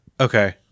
Okay